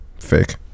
fake